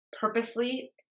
purposely